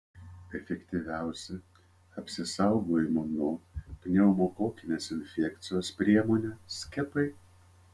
efektyviausia apsisaugojimo nuo pneumokokinės infekcijos priemonė skiepai